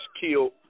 killed